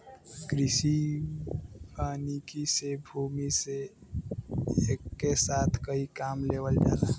कृषि वानिकी से भूमि से एके साथ कई काम लेवल जाला